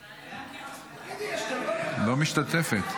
לא משתתפת.